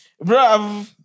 Bro